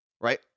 right